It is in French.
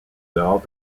dehors